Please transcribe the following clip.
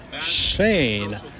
Shane